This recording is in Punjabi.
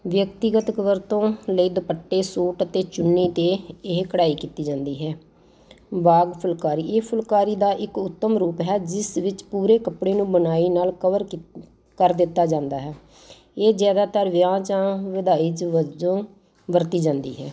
ਵਿਅਕਤੀਗਤ ਵਰਤੋਂ ਲਈ ਦੁਪੱਟੇ ਸੂਟ ਅਤੇ ਚੁੰਨੀ 'ਤੇ ਇਹ ਕਢਾਈ ਕੀਤੀ ਜਾਂਦੀ ਹੈ ਬਾਗ ਫੁਲਕਾਰੀ ਇਹ ਫੁਲਕਾਰੀ ਦਾ ਇੱਕ ਉੱਤਮ ਰੂਪ ਹੈ ਜਿਸ ਵਿੱਚ ਪੂਰੇ ਕੱਪੜੇ ਨੂੰ ਬੁਣਾਈ ਨਾਲ ਕਵਰ ਕੀ ਕਰ ਦਿੱਤਾ ਜਾਂਦਾ ਹੈ ਇਹ ਜ਼ਿਆਦਾਤਰ ਵਿਆਹ ਜਾਂ ਵਧਾਈ 'ਚ ਵੱਜੋਂ ਵਰਤੀ ਜਾਂਦੀ ਹੈ